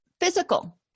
Physical